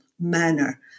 manner